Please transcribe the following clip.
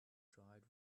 dried